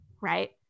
right